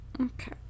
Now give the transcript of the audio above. Okay